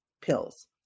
pills